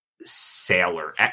sailor